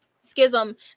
schism